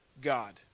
God